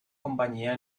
compañía